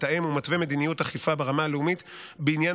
מתאם ומתווה מדיניות אכיפה ברמה הלאומית בעניין